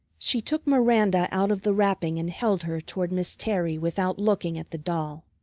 she took miranda out of the wrapping and held her toward miss terry without looking at the doll.